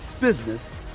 business